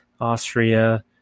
Austria